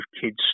kids